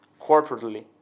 corporately